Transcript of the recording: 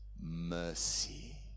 mercy